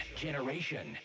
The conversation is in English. generation